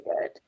good